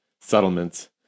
settlements